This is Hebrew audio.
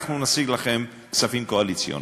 אנחנו נשיג לכם כספים קואליציוניים.